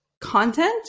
content